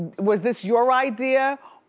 was this your idea,